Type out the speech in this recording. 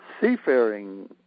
seafaring